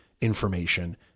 information